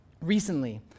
recently